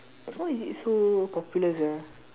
why is it so popular sia